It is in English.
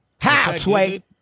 halfway